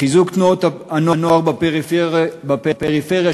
חיזוק תנועות הנוער בפריפריה,